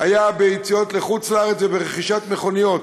היו ביציאות לחוץ-לארץ וברכישת מכוניות.